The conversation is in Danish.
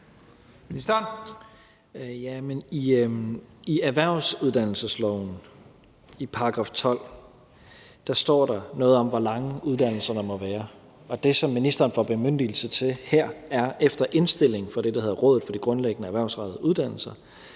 i erhvervsuddannelseslovens § 12, står der noget om, hvor lange uddannelserne må være. Og det, som ministeren får bemyndigelse til her, er – efter indstilling fra det, der hedder Rådet for de Grundlæggende Erhvervsrettede Uddannelser